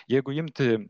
jeigu imti